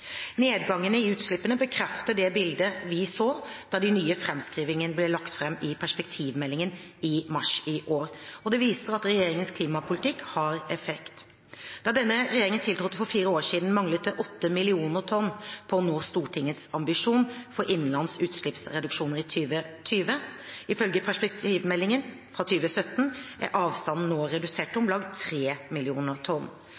Nedgangen i utslippene bekrefter det bildet vi så da de nye framskrivingene ble lagt fram i Perspektivmeldingen i mars i år. Det viser at regjeringens klimapolitikk har effekt. Da denne regjeringen tiltrådte for fire år siden, manglet det åtte millioner tonn på å nå Stortingets ambisjon for innenlandske utslippsreduksjoner i 2020. Ifølge Perspektivmeldingen fra 2017 er avstanden nå redusert til om lag tre millioner tonn.